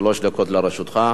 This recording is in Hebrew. שלוש דקות לרשותך.